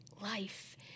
life